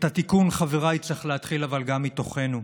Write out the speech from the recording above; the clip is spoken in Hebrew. אבל את התיקון, חבריי, צריך להתחיל גם מתוכנו.